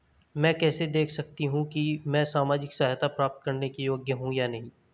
मैं कैसे देख सकती हूँ कि मैं सामाजिक सहायता प्राप्त करने के योग्य हूँ या नहीं?